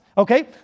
Okay